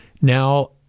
Now